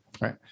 Right